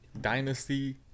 Dynasty